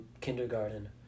kindergarten